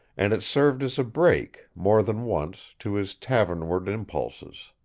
and it served as a brake, more than once, to his tavernward impulses.